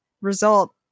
result